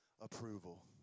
approval